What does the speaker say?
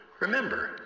Remember